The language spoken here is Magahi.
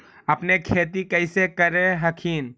अपने खेती कैसे कर हखिन?